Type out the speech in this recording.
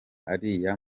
ariya